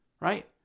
Right